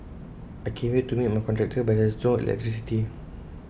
I came here to meet my contractor but there's no electricity